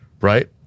right